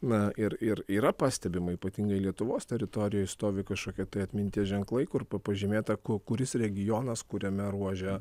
na ir ir yra pastebima ypatingai lietuvos teritorijoj stovi kažkokie tai atminties ženklai kur pa pažymėta ku kuris regionas kuriame ruože